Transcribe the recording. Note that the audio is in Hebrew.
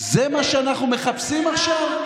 זה מה שאנחנו מחפשים עכשיו,